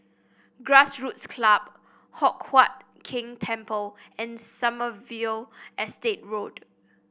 Grassroots Club Hock Huat Keng Temple and Sommerville Estate Road